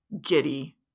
giddy